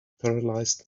paralysed